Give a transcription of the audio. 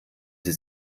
sie